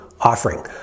offering